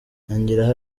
yongeraho